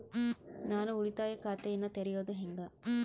ನಾನು ಉಳಿತಾಯ ಖಾತೆಯನ್ನ ತೆರೆಯೋದು ಹೆಂಗ?